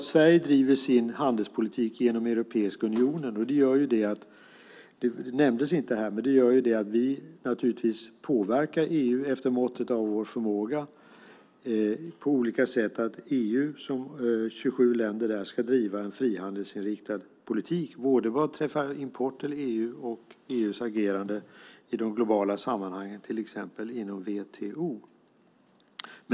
Sverige driver sin handelspolitik genom Europeiska unionen. Det nämndes inte här, men det gör att vi naturligtvis påverkar EU efter måttet av vår förmåga på olika sätt för att EU:s 27 länder ska driva en frihandelsinriktad politik, vad beträffar både importen till EU och EU:s agerande i de globala sammanhangen, till exempel inom WTO.